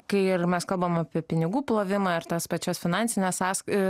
kai ir mes kalbam apie pinigų plovimą ir tas pačias finansines sąs e